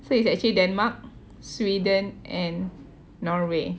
so it's actually denmark sweden and norway